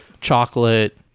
chocolate